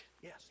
Yes